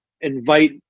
invite